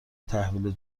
تحویل